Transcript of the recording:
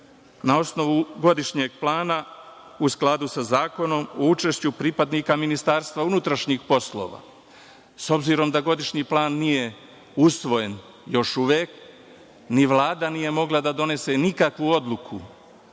na osnovu godišnjeg plana, u skladu sa zakonom o učešću pripadnika Ministarstva unutrašnjih poslova. S obzirom da godišnji plan nije usvojen još uvek, ni Vlada nije mogla da donese nikakvu odluku